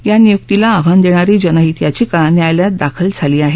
या नियुक्तीला आव्हान देणारी जनहित याचिका न्यायालयात दाखल झाली आहे